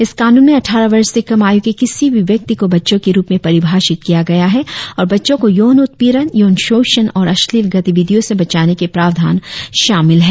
इस कानून में अट्ठारह वर्ष से कम आयु के किसी भी व्यक्ति को बच्चों के रुप में परिभाषित किया गया है और बच्चों को यौन उत्पीड़न यौन शोषण और अश्लील गतिविधियों से बचाने के प्रावधान शामिल हैं